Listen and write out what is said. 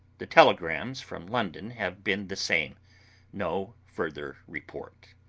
the telegrams from london have been the same no further report.